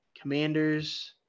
Commanders